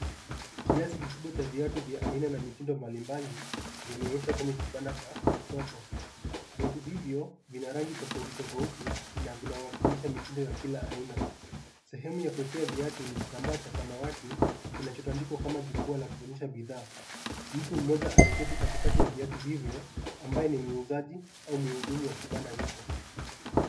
Kiasi kikubwa cha viatu vya aina na mitindo mbalimbali vimeonyeshwa kwenye kibanda cha soko. Viatu hivyo vina rangi tofauti, tofauti na vinawakilisha mitindo ya kila aina. Sehemu ya kuwekea viatu ni kitambaa cha samawati kinachotandikwa kama jukwaa la kuonyesha bidhaa. Mtu mmoja ameketi katikati ya viatu hiyvo, ambaye ni muuzaji au mhudumu wa kibanda hicho.